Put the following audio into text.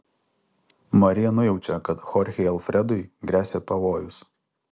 marija nujaučia kad chorchei alfredui gresia pavojus